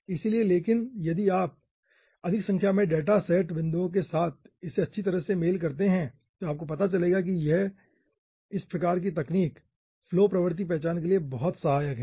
इसलिए लेकिन यदि आप अधिक संख्या में डेटा सेट बिंदुओं के साथ इसे अच्छी तरह से मेल करते हैं तो आपको पता चलेगा कि इस प्रकार की तकनीक फ्लो प्रवृत्ति पहचान के लिए बहुत सहायक है